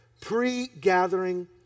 Pre-gathering